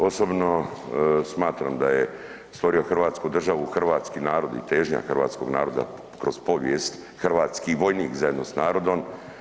Osobno smatram da je stvorio hrvatsku državu hrvatski narod i težnja hrvatskog naroda kroz povijest, hrvatski vojnik zajedno s narodom.